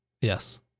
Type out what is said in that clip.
Yes